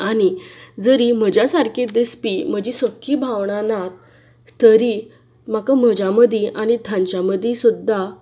आनी जरी म्हज्या सारकीं दिसपी म्हजी सख्खीं भावणां नात तरी म्हाका म्हज्या मदीं आनी तांच्या मदीं सुद्दां